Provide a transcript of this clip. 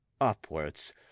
Upwards